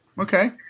okay